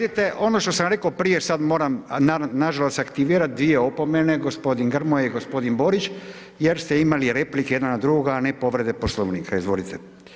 Ono što sam reko prije sad moram nažalost aktivirati dvije opomene gospodin Grmoja i gospodin Borić jer ste imali replike na drugoga, a ne povrede Poslovnika, izvolite.